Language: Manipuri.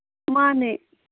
ꯃꯥꯅꯦ